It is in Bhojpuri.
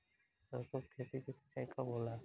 सरसों की खेती के सिंचाई कब होला?